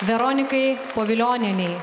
veronikai povilionienei